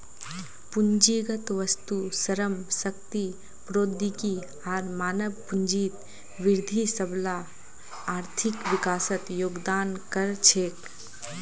पूंजीगत वस्तु, श्रम शक्ति, प्रौद्योगिकी आर मानव पूंजीत वृद्धि सबला आर्थिक विकासत योगदान कर छेक